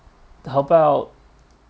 how about